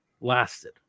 lasted